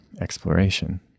exploration